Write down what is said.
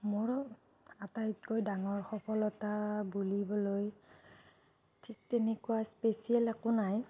মোৰো আটাইতকৈ ডাঙৰ সফলতা বুলিবলৈ ঠিক তেনেকুৱা স্পেচিয়েল একো নাই